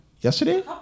yesterday